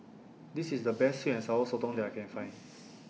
This IS The Best Sweet and Sour Sotong that I Can Find